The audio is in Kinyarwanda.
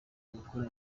gukora